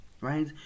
Right